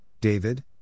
David